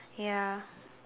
ya